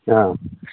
ꯑꯥ